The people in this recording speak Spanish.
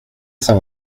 san